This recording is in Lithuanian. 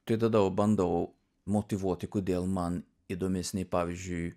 tai tada bandau motyvuoti kodėl man įdomesni pavyzdžiui